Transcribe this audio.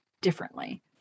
differently